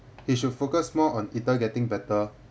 he should focus more on either getting better